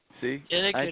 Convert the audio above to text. See